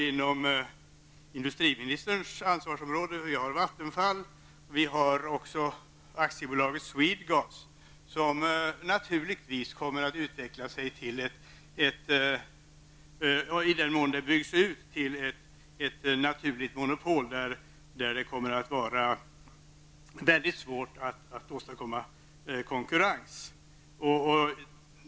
Inom industriministerns ansvarsområde återfinns Vattenfall och Swedegas AB, vilket ju i den mån det byggs ut kommer att utvecklas till ett naturligt monopol, där det blir mycket svårt att åstadkomma konkurrens.